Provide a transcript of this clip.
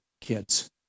kids